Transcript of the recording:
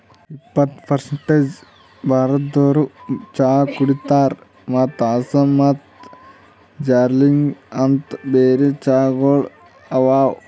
ಎಪ್ಪತ್ತು ಪರ್ಸೇಂಟ್ ಭಾರತದೋರು ಚಹಾ ಕುಡಿತಾರ್ ಮತ್ತ ಆಸ್ಸಾಂ ಮತ್ತ ದಾರ್ಜಿಲಿಂಗ ಅಂತ್ ಬೇರೆ ಚಹಾಗೊಳನು ಅವಾ